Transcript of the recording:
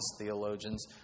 theologians